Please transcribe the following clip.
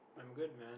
I'm good man